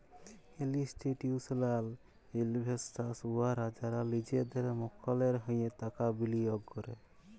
institutional investors উয়ারা যারা লিজেদের মক্কেলের হঁয়ে টাকা বিলিয়গ ক্যরে